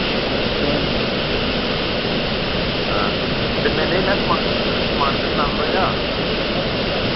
हां ते मैं नेईं मैं समान समान भेजना थोह्ड़ा देआ